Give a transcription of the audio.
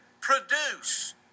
produce